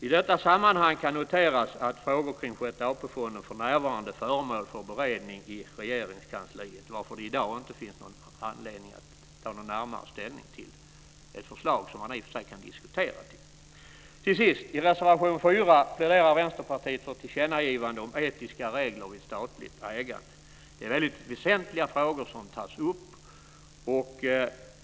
I detta sammanhang kan noteras att frågor kring Sjätte AP-fonden för närvarande är föremål för beredning i Regeringskansliet, varför det i dag inte finns någon anledning att ta någon annan ställning till ett förslag som man i och för sig kan diskutera. Till sist: I reservation 4 pläderar Vänsterpartiet för ett tillkännagivande om etiska regler vid statligt ägande. Det är väsentliga frågor som tas upp.